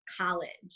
College